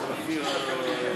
מספיק את אומרת לי